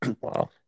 wow